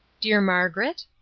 dear margaret?